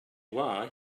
why